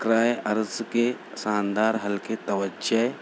کرہ ارض کے شاندار حلقے توجہ